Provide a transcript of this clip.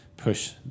push